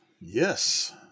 Yes